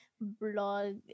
blog